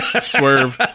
swerve